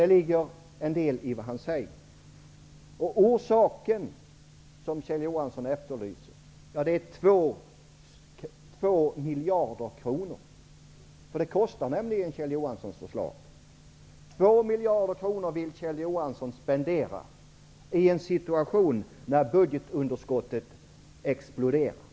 Det ligger en del i vad han säger. Den orsak som Kjell Johansson efterlyser är 2 miljarder kronor. Det kostar nämligen Kjell Johanssons förslag. 2 miljarder vill Kjell Johansson spendera i en situation när budgetunderskottet exploderar.